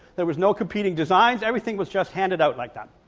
there was no competing designs, everything was just handed out like that.